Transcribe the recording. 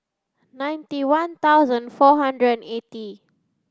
ninety one thousand four hundred and eighty